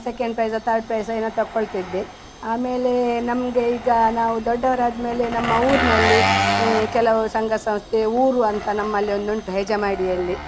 second prize third prize ಏನೋ ತಗೊಳ್ತಿದ್ದೆ ಆಮೇಲೆ ನಮಗೆ ಈಗ ನಾವು ದೊಡ್ಡವ್ರಾದ ಮೇಲೆ ನಮ್ಮ ಊರಿನಲ್ಲಿ ಕೆಲವು ಸಂಘ ಸಂಸ್ಥೆ ಊರು ಅಂತ ನಮ್ಮಲ್ಲಿ ಒಂದು ಉಂಟು ಹೆಜಮಾಡಿಯಲ್ಲಿ